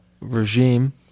regime